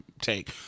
take